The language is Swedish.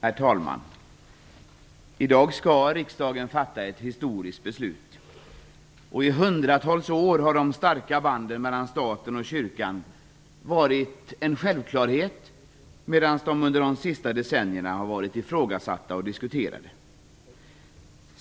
Herr talman! I dag skall riksdagen fatta ett historiskt beslut. I hundratals år har de starka banden mellan staten och kyrkan varit en självklarhet, medan de under de senaste decennierna varit ifrågasatta och diskuterade.